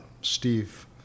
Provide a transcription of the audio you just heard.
Steve